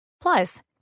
Plus